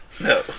No